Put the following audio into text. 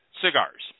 cigars